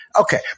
Okay